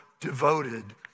Devoted